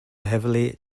heavily